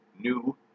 New